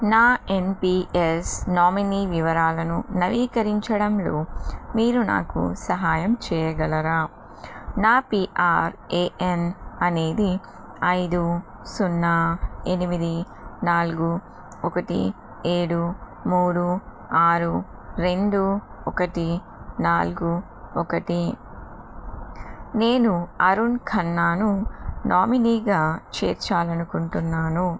నా NPS nominee వివరాలను నవీకరించడంలో మీరు నాకు సహాయం చేయగలరా నా పీఆర్ఏఎన్ అనేది ఐదు సున్నా ఎనిమిది నాలుగు ఒకటి ఏడు మూడు ఆరు రెండు ఒకటి నాలుగు ఒకటి నేను అరుణ్ ఖన్నాను నామినీగా చేర్చాలని అనుకుంటున్నాను